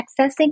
accessing